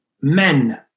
Men